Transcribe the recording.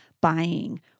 buying